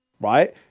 right